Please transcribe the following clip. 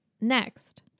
Next